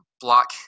block